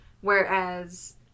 Whereas